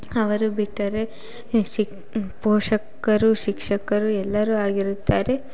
ಅವರು ಬಿಟ್ಟರೆ ಹೇ ಶಿಕ್ ಪೋಷಕರು ಶಿಕ್ಷಕರು ಎಲ್ಲರೂ ಆಗಿರುತ್ತಾರೆ